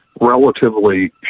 relatively